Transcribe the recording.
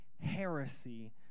heresy